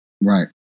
Right